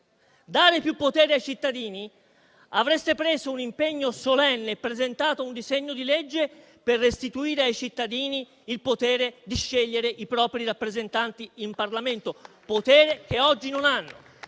dare più potere ai cittadini, avreste preso un impegno solenne e presentato un disegno di legge per restituire ai cittadini il potere di scegliere i propri rappresentanti in Parlamento, che è un